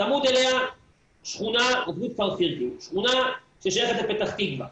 צמוד אליה שכונה ששייכת לפתח תקווה.